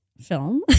film